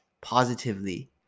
positively